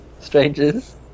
strangers